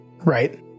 Right